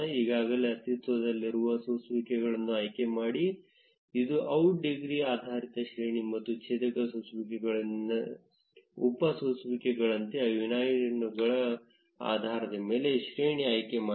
ಈಗಾಗಲೇ ಅಸ್ತಿತ್ವದಲ್ಲಿರುವ ಸೋಸುವಿಕೆಗಳನ್ನು ಆಯ್ಕೆಮಾಡಿ ಇದು ಔಟ್ ಡಿಗ್ರಿ ಆಧಾರಿತ ಶ್ರೇಣಿ ಮತ್ತು ಛೇದಕ ಸೋಸುವಿಕೆನಲ್ಲಿನ ಉಪ ಸೋಸುವಿಕೆಗಳಂತೆ ಅನುಯಾಯಿಗಳ ಆಧಾರದ ಮೇಲೆ ಶ್ರೇಣಿ ಆಯ್ಕೆಮಾಡಿ